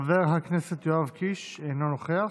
חבר הכנסת יואב קיש, אינו נוכח.